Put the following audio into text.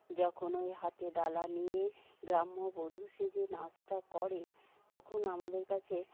যখন ওই হাতে ডালা নিয়ে গ্রাম্য বধূ সেজে নাচটা করে তখন আমাদের কাছে